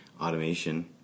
automation